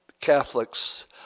Catholics